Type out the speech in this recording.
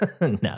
no